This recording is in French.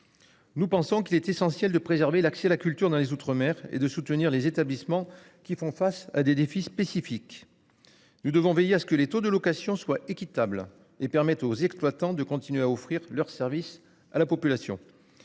Nous pensons qu'il est essentiel de préserver l'accès à la culture dans les Outre-mer et de soutenir les établissements qui font face à des défis spécifiques. Nous devons veiller à ce que les taux de location soit équitable et permettent aux exploitants de continuer à offrir leurs services à la population.